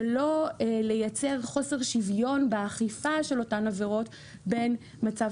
שלא לייצר חוסר שוויון באכיפה של אותן עבירות בין מצב